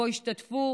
שבו השתתפו